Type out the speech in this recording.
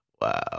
Wow